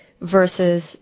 versus